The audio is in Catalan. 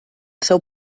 seu